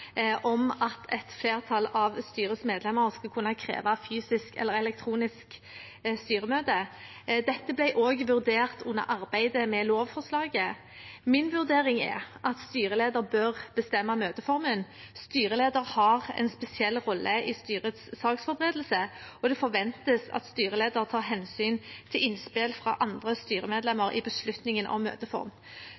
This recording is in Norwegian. om at et flertall av styrets medlemmer skal kunne kreve fysisk eller elektronisk styremøte. Dette ble også vurdert under arbeidet med lovforslaget. Min vurdering er at styrelederen bør bestemme møteformen. Styrelederen har en spesiell rolle i styrets saksforberedelse, og det forventes at styrelederen tar hensyn til innspill fra andre styremedlemmer